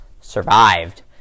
survived